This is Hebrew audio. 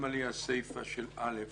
למה לי הסיפה של (א)?